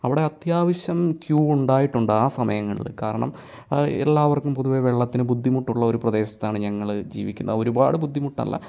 അവിടെ അത്യാവശ്യം ക്യു ഉണ്ടായിട്ടുണ്ട് ആ സമയങ്ങളിൽ കാരണം എല്ലാവർക്കും പൊതുവേ വെള്ളത്തിന് ബുദ്ധിമുട്ടുള്ള ഒരു പ്രദേശത്താണ് ഞങ്ങൾ ജീവിക്കുന്നത് ഒരുപാട് ബുദ്ധിമുട്ടല്ല